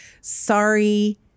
sorry